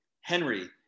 Henry